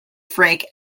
frank